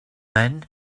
then